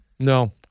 No